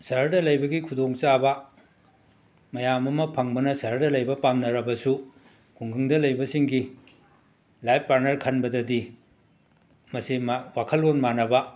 ꯁꯍꯔꯗ ꯂꯩꯕꯒꯤ ꯈꯨꯗꯣꯡꯆꯥꯕ ꯃꯌꯥꯝ ꯑꯃ ꯐꯪꯕꯅ ꯁꯍꯔꯗ ꯂꯩꯕ ꯄꯥꯝꯅꯔꯕꯁꯨ ꯈꯨꯡꯒꯪꯗ ꯂꯩꯕꯁꯤꯡꯒꯤ ꯂꯥꯏꯕ ꯄꯥꯔꯠꯅꯔ ꯈꯟꯕꯗꯗꯤ ꯃꯁꯦ ꯃꯥ ꯋꯥꯈꯜꯂꯣꯟ ꯃꯥꯟꯅꯕꯥ